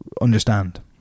understand